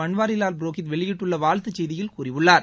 பன்வாரிவால் புரோகித் வெளியிட்டுள்ள வாழ்த்து செய்தியில் கூறியுள்ளார்